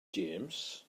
james